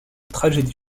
tragédie